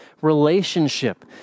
relationship